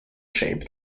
shape